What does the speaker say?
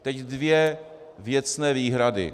Teď dvě věcné výhrady.